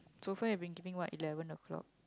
so far you've been waking what eleven to twelve o-clock